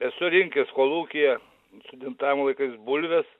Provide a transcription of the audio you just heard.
esu rinkęs kolūkyje studentavimo laikais bulves